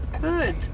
Good